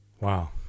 Wow